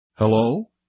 Hello